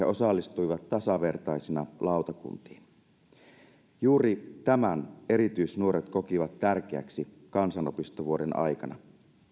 osallistuivat tasavertaisina lautakuntiin juuri tämän erityisnuoret kokivat tärkeäksi kansanopistovuoden aikana